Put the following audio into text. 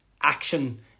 Action